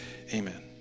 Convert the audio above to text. Amen